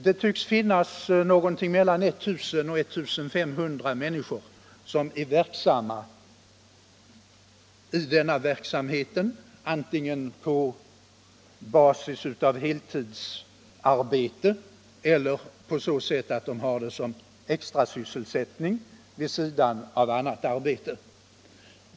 Det tycks finnas någonting mellan 1000 och 1500 människor som är sysselsatta i denna verksamhet, antingen på basis av heltidsarbete eller på så sätt att de har det som extrasysselsättning vid sidan av annat arbete.